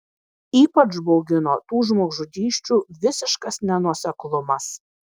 ypač baugino tų žmogžudysčių visiškas nenuoseklumas